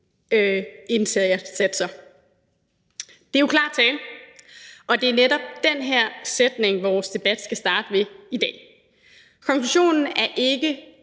indsatser. Det er jo klar tale, og det er netop den her sætning, vores debat skal starte med i dag. Konklusionen er ikke